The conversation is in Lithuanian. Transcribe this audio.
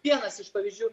vienas iš pavyzdžių